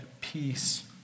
peace